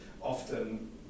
often